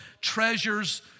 treasures